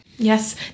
Yes